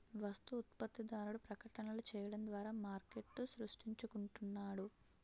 వస్తు ఉత్పత్తిదారుడు ప్రకటనలు చేయడం ద్వారా మార్కెట్ను సృష్టించుకుంటున్నాడు